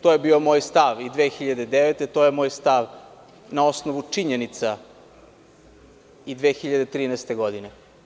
To je bio moj stav i 2009. godine, to je moj stav na osnovu činjenica i 2013. godine.